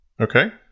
Okay